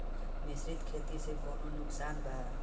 मिश्रित खेती से कौनो नुकसान वा?